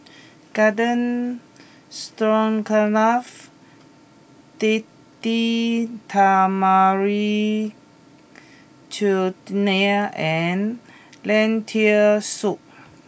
Garden Stroganoff Date Tamarind Chutney and Lentil soup